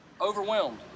overwhelmed